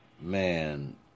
Man